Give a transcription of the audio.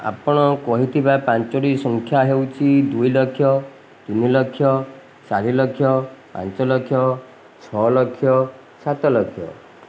ଆପଣ କହିଥିବା ପାଞ୍ଚଟି ସଂଖ୍ୟା ହେଉଛି ଦୁଇ ଲକ୍ଷ ତିନ ଲକ୍ଷ ଚାରି ଲକ୍ଷ ପାଞ୍ଚ ଲକ୍ଷ ଛଅ ଲକ୍ଷ ସାତ ଲକ୍ଷ